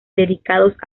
dedicados